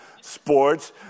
sports